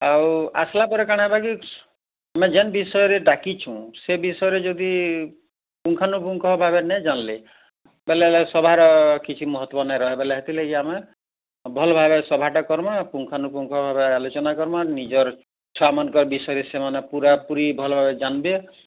ଆଉ ଆସିଲା ପରେ କାଣା ହବା କି ଆମେ ଯେନ୍ ବିଷୟରେ ଡାକିଛୁ ସେ ବିଷୟରେ ଯଦି ପୁଙ୍ଖାନୁପୁଙ୍ଖ ଭାବେ ନେଇ ଜାଣିଲେ ବୋଲେ ସଭାର କିଛି ମହତ୍ତ୍ୱ ନାଇଁ ରହେ ସେଥି ଲାଗି ଆମେ ଭଲ ଭାବେ ସଭାଟା କରିମା ପୁଙ୍ଖାନୁପୁଙ୍ଖ ଭାବେ ଆଲୋଚନା କରମା ନିଜର ଛୁଆମାନଙ୍କର ବିଷୟରେ ସେମାନେ ପୁରାପୁରି ଭଲଭାବେ ଜାନବେ